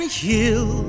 heal